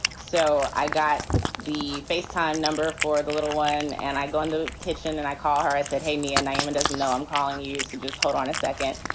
so i got the face time number for the little one. and i go in the kitchen and i call her. i said, hey, me and i am and doesn't know i'm calling. you used to just hold on a second.